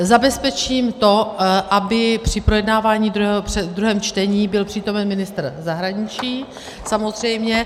Zabezpečím to, aby při projednávání v druhém čtení byl přítomen ministr zahraničí samozřejmě.